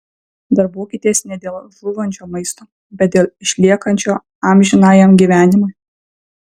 darbuokitės ne dėl žūvančio maisto bet dėl išliekančio amžinajam gyvenimui